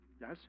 Yes